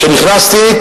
כשנכנסתי,